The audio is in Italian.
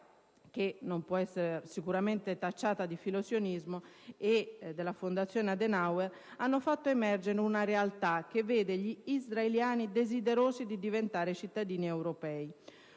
(che non può essere sicuramente tacciata di filosionismo) e della Fondazione Konrad Adenauer hanno fatto emergere una realtà che vede gli israeliani desiderosi di diventare cittadini europei.